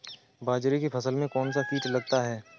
बाजरे की फसल में कौन सा कीट लगता है?